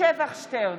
שבח שטרן,